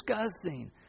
discussing